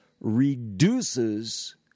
reduces